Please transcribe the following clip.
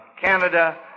Canada